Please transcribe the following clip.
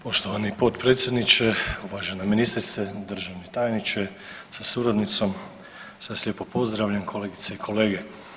Poštovani potpredsjedniče, uvažena ministrice, državni tajniče sa suradnicom, sve vas lijepo pozdravljam, kolegice i kolege.